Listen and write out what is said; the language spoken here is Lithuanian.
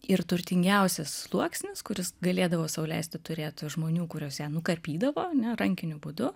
ir turtingiausias sluoksnis kuris galėdavo sau leisti turėt žmonių kurios ją nukarpydavo ane rankiniu būdu